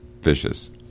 vicious